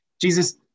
Jesus